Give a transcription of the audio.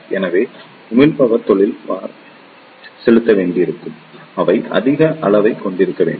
எனவே உமிழ்ப்பவர் தொழில் வாழ்க்கையை செலுத்த வேண்டியிருப்பதால் அவை அதிக அளவைக் கொண்டிருக்க வேண்டும்